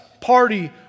party